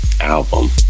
album